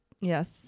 Yes